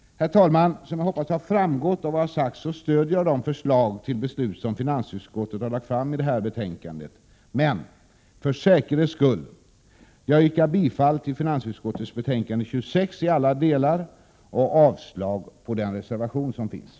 Herr talman! Som jag hoppas har framgått av vad jag har sagt stöder jag de förslag till beslut som finansutskottet har lagt fram i detta betänkande. Men för säkerhets skull yrkar jag bifall till hemställan i finansutskottets betänkande 26 i alla dess delar och avslag på den föreliggande reservationen.